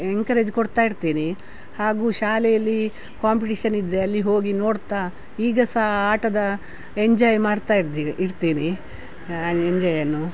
encourage ಕೊಡ್ತಾ ಇರ್ತೇನೆ ಹಾಗೂ ಶಾಲೆಯಲ್ಲಿ ಕಾಂಪಿಟೀಷನ್ ಇದ್ದಲ್ಲಿ ಹೋಗಿ ನೋಡ್ತಾ ಈಗ ಸಹ ಆಟದ ಎಂಜಾಯ್ ಮಾಡ್ತಾ ಇರ್ದಿ ಇರ್ತೀನಿ ಎಂಜಾಯನ್ನು